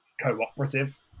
cooperative